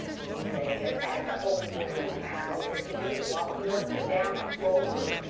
he said, as the old gentleman passed near him in walking up and down the floor,